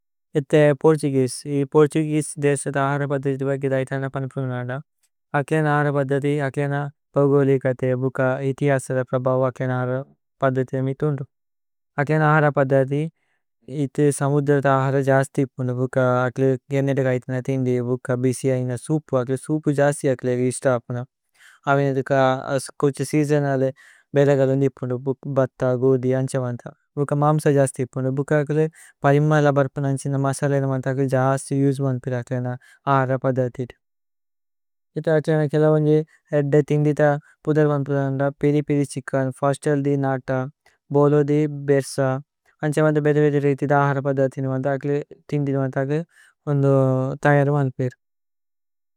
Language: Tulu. പോര്തുഗേസേ। പോര്തുഗേസേ ദേസ ദ അഹര പദതി। ദൈഥന പനുപ്ലുനന്ദ അക്ലേന അഹര പദതി। അക്ലേന ബോഗോലി കതേ ബുക ഇതി അസര പ്രബഹു। അക്ലേന അഹര പദതി അമിതുന്ദു അക്ലേന അഹര। പദതി ഇതി സമുദ്ര ദ അഹര ജസ്തി ഇപുന്ദു। ഭുക അക്ല ഗേനേതക് ഐഥന ഥിന്ദി ബുക ഭ്ഛി। ന സുപു അക്ല സുപു ജസ്തി അക്ലേഗ ഇസ്ത അപുന। അവിനദുക കോഛ സേഇജനദ ബേലഗലുന്ദി ഇപുന്ദ്। ഭുക് ബത്ത ഗോദി അന്ഛവന്ത ഭുക മമ്സ ജസ്തി। ഇപുന്ദു ഭുക അക്ല പരിമല ബര്പുന അന്ഛന്ത। മസലേന മന്ഥ അക്ല ജസ്തി യുജു മന്ഥ അക്ല। അക്ലേന അഹര പദതി ഇതി ഇത അക്ലേന കേല്ലവന്ജി। ഏദ്ദ ഥിന്ദിത പുദര് മന്ഥ അക്ല പേരി പേരി। ഛികന് ഫസ്തല്ദി നത ബോലോദി ബേര്സ അന്ഛവന്ത। ബേദ ബേദ രേഇഥിത അഹര പദതി ഇതി മന്ഥ। അക്ല ഥിന്ദിത മന്ഥ അക്ല ഓന്ദോ ഥയര മന്ഥ ഇതി।